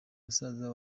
musaza